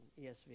ESV